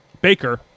Baker